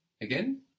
Again